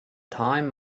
time